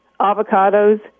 avocados